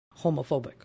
homophobic